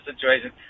situation